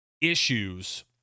issues